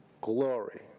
glory